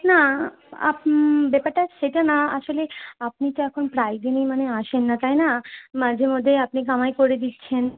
না ব্যাপারটা সেটা না আসলে আপনি তো এখন প্রায় দিনই মানে আসেন না তাই না মাঝেমধ্যেই আপনি কামাই করে দিচ্ছেন